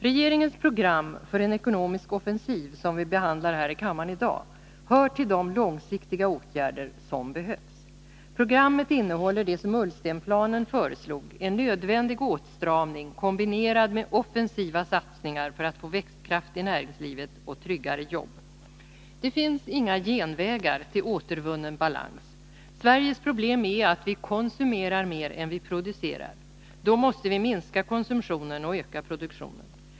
Regeringens program för en ekonomisk offensiv, som vi behandlar här i kammaren i dag, hör till de långsiktiga åtgärder som behövs. Programmet innehåller det som Ullstenplanen föreslog: en nödvändig åtstramning kombinerad med offensiva satsningar för att få växtkraft i näringslivet och tryggare jobb. Det finns inga genvägar till återvunnen balans. Sveriges problem är att vi konsumerar mer än vi producerar. Då måste vi minska konsumtionen och öka produktionen.